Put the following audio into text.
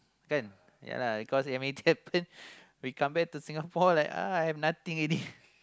kan ya lah because I mean we come back to Singapore like ah have nothing already